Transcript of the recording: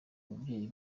ababyeyi